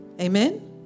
Amen